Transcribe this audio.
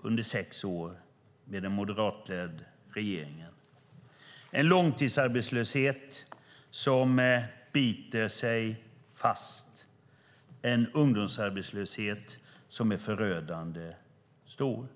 under sex år med en moderatledd regering. Vi har en långtidsarbetslöshet som biter sig fast och en ungdomsarbetslöshet som är förödande hög.